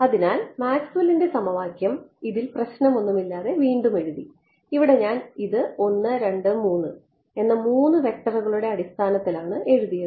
അതിനാൽ മാക്സ്വെല്ലിന്റെ സമവാക്യം ഇതിൽ പ്രശ്നമൊന്നുമില്ലാതെ വീണ്ടും എഴുതി ഇവിടെ ഞാൻ ഇത് 1 2 3 എന്ന 3 വെക്റ്ററുകളുടെ അടിസ്ഥാനത്തിലാണ് എഴുതിയത്